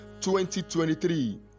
2023